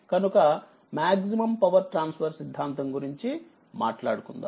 కనుకమాక్సిమం power transfer సిద్ధాంతం గురించి మాట్లాడుకుందాం